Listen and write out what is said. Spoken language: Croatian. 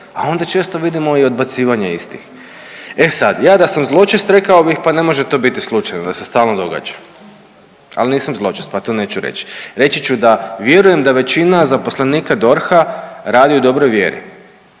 a onda često vidimo i odbacivanje istih. E sad ja da sam zločest rekao bih pa ne može to biti slučajno da se stalno događa, ali nisam zločest pa to neću reći. Reći ću da vjerujem da većina zaposlenika DORH-a radi u dobroj vjeri,